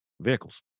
vehicles